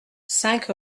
cinq